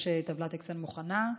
יש טבלת אקסל מוכנה,